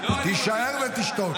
תישאר ותשתוק.